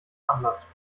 anders